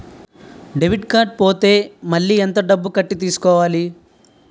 Debit card పోతే మళ్ళీ ఎంత డబ్బు కట్టి తీసుకోవాలి?